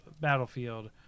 battlefield